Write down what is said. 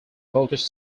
voltage